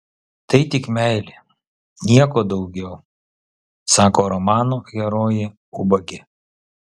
tai tik meilė nieko daugiau sako romano herojė ubagė